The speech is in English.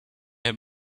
have